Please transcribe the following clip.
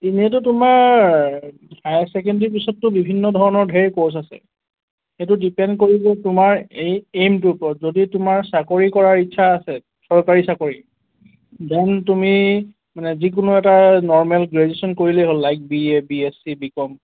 এনেইটো তোমাৰ হায়াৰ ছেকেণ্ডেৰিৰ পিছততো বিভিন্ন ধৰণৰ ঢেৰ ক'ৰ্চ আছে সেইটো ডিপেণ্ড কৰিব তোমাৰ এই এইমটোৰ ওপৰত যদি তোমাৰ চাকৰি কৰাৰ ইচ্ছা আছে চৰকাৰী চাকৰি ডেন তুমি মানে যিকোনো এটা নৰ্মেল গ্ৰেজুৱেচন কৰিলে হ'ল লাইক বিএ বিএছচি বিকম